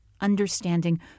understanding